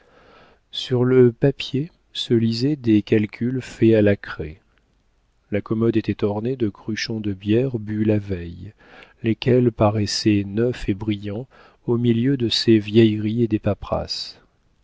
sur le papier se lisaient des calculs faits à la craie la commode était ornée de cruchons de bière bus la veille lesquels paraissaient neufs et brillants au milieu de ces vieilleries et des paperasses